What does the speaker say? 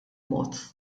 mod